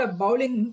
bowling